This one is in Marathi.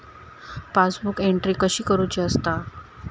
पासबुक एंट्री कशी करुची असता?